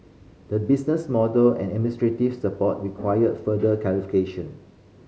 the business model and administrative support require further clarifications